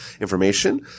information